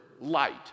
light